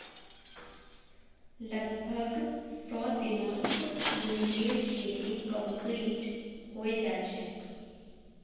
लगभग सौ दिनत मूंगेर खेती कंप्लीट हैं जाछेक